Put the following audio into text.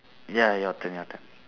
ya your turn your turn